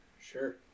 Sure